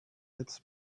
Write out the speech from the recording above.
its